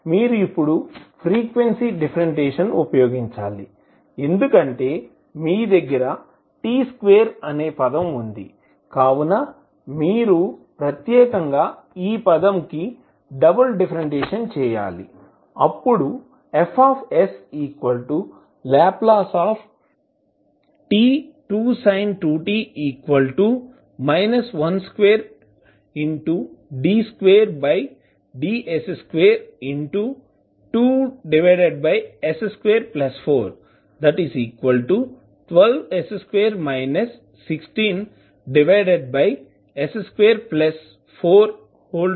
మీరు ఇప్పుడు frequency differentiation ఉపయోగించాలి ఎందుకంటే మీ దగ్గర t స్క్వేర్ అనే పదం వుంది కావున మీరు ప్రత్యేకంగా ఈ పదం కి డబుల్ డిఫరెంటేషన్ చేయాలి అప్పుడు Fs L t2sin2t 12d2ds22s2412s2 16s243 అవుతుంది